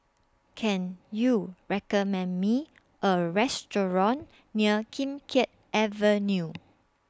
Can YOU recommend Me A Restaurant near Kim Keat Avenue